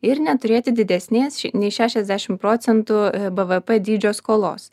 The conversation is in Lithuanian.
ir neturėti didesnės nei šešiasdešimt procentų bvp dydžio skolos